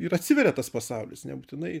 ir atsiveria tas pasaulis nebūtinai